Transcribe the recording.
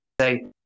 say